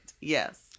yes